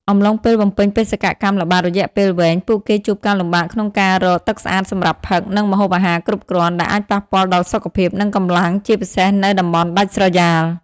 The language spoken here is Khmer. អំឡុងពេលបំពេញបេសកកម្មល្បាតរយៈពេលវែង ពួកគេជួបការលំបាកក្នុងការរក ទឹកស្អាត សម្រាប់ផឹក និង ម្ហូបអាហារ គ្រប់គ្រាន់ ដែលអាចប៉ះពាល់ដល់សុខភាព និងកម្លាំង ជាពិសេសនៅតំបន់ដាច់ស្រយាល។